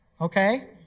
Okay